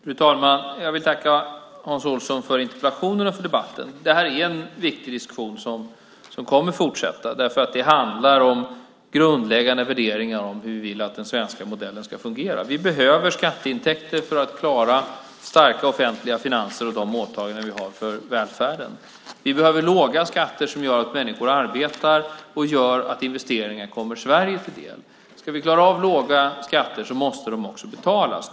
Fru talman! Jag vill tacka Hans Olsson för interpellationen och för debatten. Det är en viktig diskussion, som kommer att fortsätta. Det handlar om grundläggande värderingar och hur vi vill att den svenska modellen ska fungera. Vi behöver skatteintäkter för att klara starka offentliga finanser och de åtaganden vi har för välfärden. Vi behöver låga skatter som gör att människor arbetar och gör att investeringar kommer Sverige till del. Ska vi klara av låga skatter måste de också betalas.